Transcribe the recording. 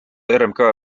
rmk